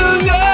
love